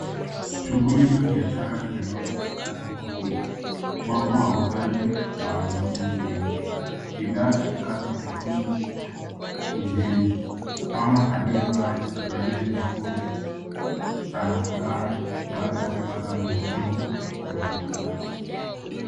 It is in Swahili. Shughuli za biashara zimenoga katika soko hili. Wapo wauzaji na wanunuzi wengi. Bidhaa katika soko hili ni ndizi. Mama aliyevaa kavalia nyekundu ana furaha baada ya kupata mnunuzi wa ndizi zake.